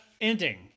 Ending